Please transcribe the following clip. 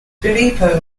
filippo